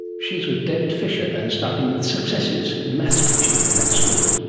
she is with david fisher, and starting with successes in maths teaching in that school.